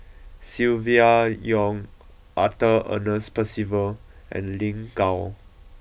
Silvia Yong Arthur Ernest Percival and Lin Gao